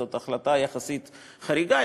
זאת החלטה יחסית חריגה.